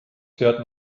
fährt